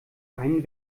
einen